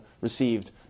received